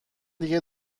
دیگه